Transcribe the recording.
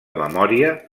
memòria